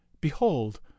behold